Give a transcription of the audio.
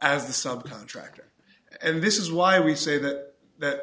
as the sub contractor and this is why we say that that